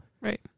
right